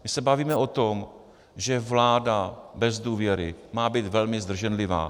My se bavíme o tom, že vláda bez důvěry má být velmi zdrženlivá.